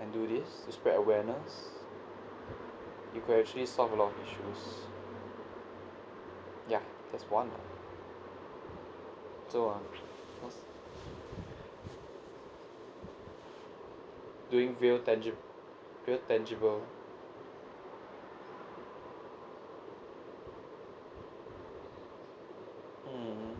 and do this to spread awareness you can actually solve a lot of issues ya that's one lah so ah what's doing real tangib~ real tangible hmm